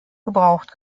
gebraucht